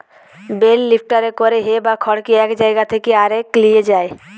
bell লিফ্টারে করে হে বা খড়কে এক জায়গা থেকে আরেক লিয়ে যায়